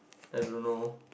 I don't know